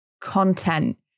content